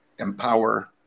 Empower